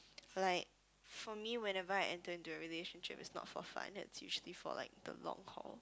like for me whenever I enter into a relationship it's not for fun it's usually for like the long haul